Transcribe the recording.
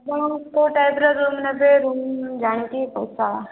ଆପଣ କୋଉ ଟାଇପର ରୁମ ନେବେ ରୁମ ପଚାର